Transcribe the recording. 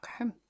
okay